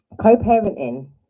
co-parenting